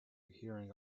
hearing